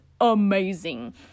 amazing